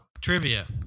trivia